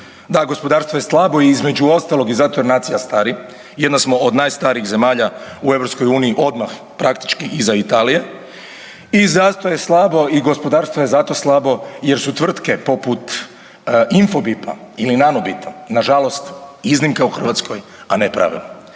Da, gospodarstvo je slabo i između ostalog i zato jer nacija stari, jedna smo od najstarijih zemalja u EU odmah praktički iza Italije i gospodarstvo je zato slabo jer su tvrtke poput INFOBIP-a ili NANOBIT-a nažalost iznimka u Hrvatskoj, a ne pravilo